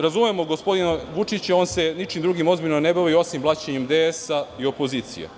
Razumemo gospodina Vučića, on se ničim drugim ozbiljno ne bavi, osim blaćenjem DS i opozicije.